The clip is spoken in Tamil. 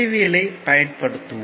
எல் ஐ பயன்படுத்துவோம்